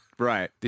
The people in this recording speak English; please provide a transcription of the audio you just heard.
Right